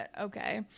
okay